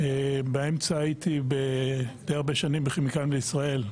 באמצע הייתי די הרבה שנים בכימיקלים לישראל,